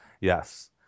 Yes